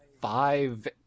five